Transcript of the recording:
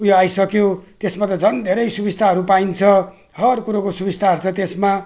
उयो आइसक्यो त्यसमा त झन् धेरै सुविस्ताहरू पाइन्छ हर कुरोको सुविस्ताहरू छ त्यसमा